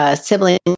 Sibling